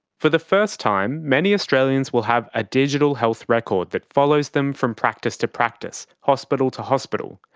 for the first time, many australians will have a digital health record that follows them from practice to practice, hospital to hospital.